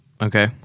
okay